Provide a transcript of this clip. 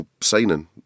signing